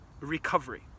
recovery